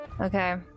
okay